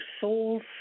souls